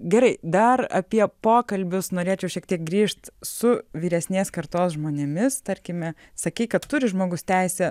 gerai dar apie pokalbius norėčiau šiek tiek grįžt su vyresnės kartos žmonėmis tarkime sakei kad turi žmogus teisę